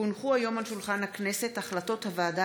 כי הונחו היום על שולחן הכנסת החלטות הוועדה